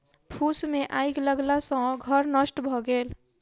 फूस मे आइग लगला सॅ घर नष्ट भ गेल